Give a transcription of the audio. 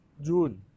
June